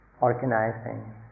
organizing